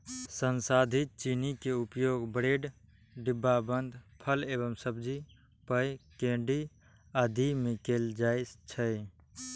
संसाधित चीनी के उपयोग ब्रेड, डिब्बाबंद फल एवं सब्जी, पेय, केंडी आदि मे कैल जाइ छै